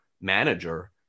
manager